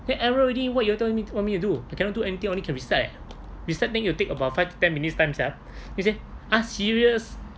then error already what you're telling me want me to do cannot do anything only can reset eh reset then will take about five to ten minutes time sia then he say !huh! serious